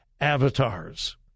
avatars